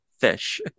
Fish